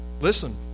Listen